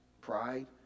pride